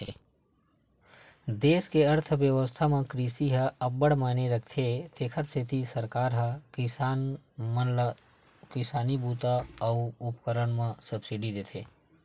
देस के अर्थबेवस्था म कृषि ह अब्बड़ मायने राखथे तेखर सेती सरकार ह किसान मन ल किसानी बूता अउ उपकरन म सब्सिडी देथे